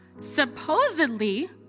supposedly